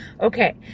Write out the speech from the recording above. okay